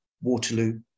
Waterloo